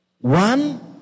one